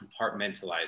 compartmentalize